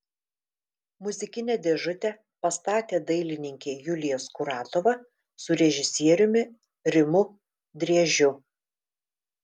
muzikinę dėžutę pastatė dailininkė julija skuratova su režisieriumi rimu driežiu